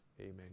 Amen